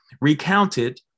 recounted